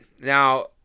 Now